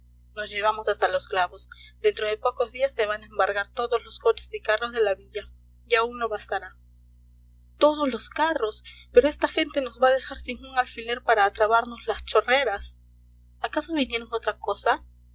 nos llevamos hasta los clavos dentro de pocos días se van a embargar todos los coches y carros de la villa y aún no bastará todos los carros pero esta gente nos va a dejar sin un alfiler para atrabarnos las chorreras acaso vinieron a otra cosa